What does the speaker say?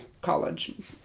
college